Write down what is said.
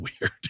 weird